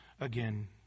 again